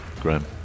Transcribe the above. Graham